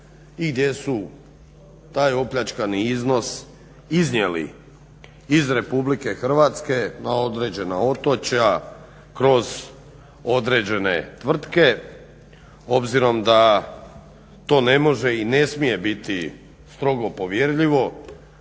i gdje su taj opljačkani iznos iznijeli iz RH na određena otočja kroz određene tvrtke, obzirom da to ne može i ne smije biti strogo povjerljivo,